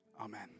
Amen